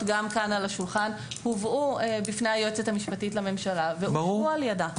גם כאן על השולחן הובאו בפני היועצת המשפטית לממשלה ואושרו על ידה.